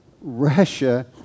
Russia